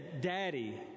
daddy